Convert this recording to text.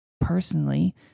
personally